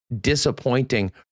disappointing